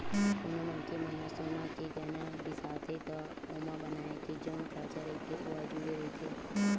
कोनो मनखे मन ह सोना के गहना बिसाथे त ओमा बनाए के जउन खरचा रहिथे ओ ह जुड़े रहिथे